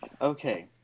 Okay